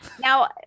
now